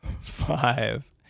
Five